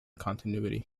continuity